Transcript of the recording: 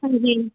हाँ जी